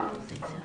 היום